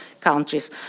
countries